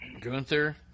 Gunther